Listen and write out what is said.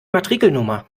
matrikelnummer